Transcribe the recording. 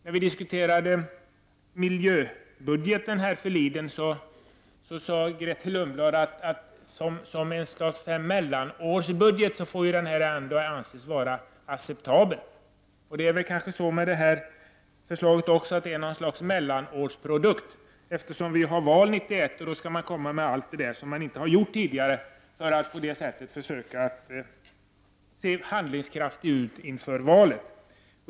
När vi diskuterade miljöbudgeten för en tid sedan sade Grethe Lundblad att denna budget som ett slag mellanårsbudget får anses vara acceptabel. Det är kanske på samma sätt med detta förslag, att det är något slags mellanårsprodukt, eftersom vi har val 1991, och regeringen då skall lägga fram alla de förslag som den tidigare inte har lämnat för att på det sättet försöka verka handlingskraftig inför valet.